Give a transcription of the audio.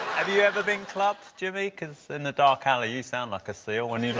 have you ever been clubbed, jimmy? cos in a dark alley you sound like a seal when